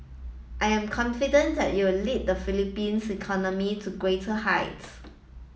I am confident that you will lead the Philippines economy to greater heights